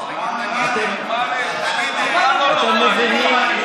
אתם מבינים,